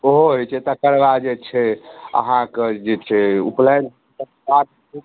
ओहो होइ छै तकर बाद जे छै अहाँके जे छै उपनयन संस्कार